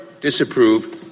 disapprove